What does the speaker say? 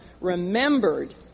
remembered